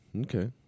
Okay